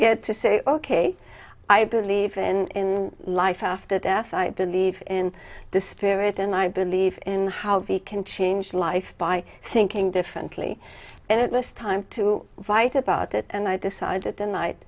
get to say ok i believe in life after death i believe in the spirit and i believe in how we can change life by thinking differently and it was time to write about it and i decided th